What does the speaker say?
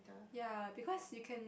ya because you can